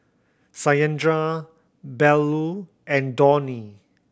Satyendra Bellur and Dhoni